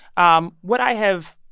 um what i have,